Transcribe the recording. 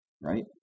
right